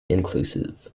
inclusive